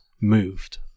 moved